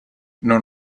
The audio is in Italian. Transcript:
non